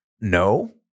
no